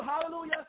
hallelujah